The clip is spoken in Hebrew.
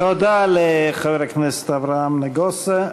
תודה לחבר הכנסת אברהם נגוסה.